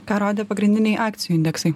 ką rodė pagrindiniai akcijų indeksai